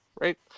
right